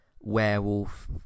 Werewolf